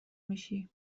میشی